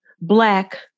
black